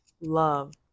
love